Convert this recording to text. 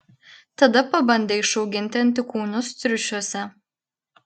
tada pabandė išauginti antikūnus triušiuose